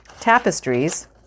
tapestries